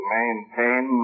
maintain